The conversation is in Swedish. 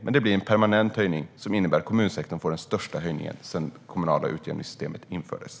Det blir alltså en permanent höjning, som innebär att kommunsektorn får den största höjningen sedan det kommunala utjämningssystemet infördes.